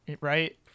Right